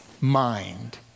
mind